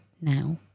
now